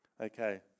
Okay